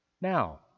now